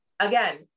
Again